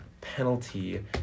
penalty